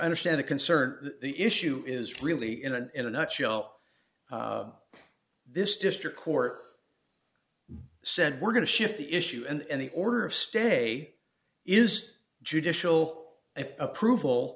understand the concern the issue is really in a in a nutshell this district court said we're going to shift the issue and the order of stand a is judicial approval